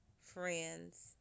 friends